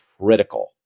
critical